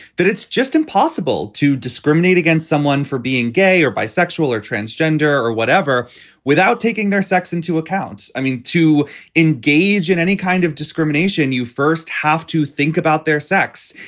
that it's just impossible to discriminate against someone for being gay or bisexual or transgender or whatever without taking their sex into account. i mean, to engage in any kind of discrimination, you first have to think about their sex.